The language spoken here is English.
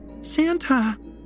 Santa